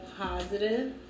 positive